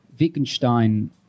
Wittgenstein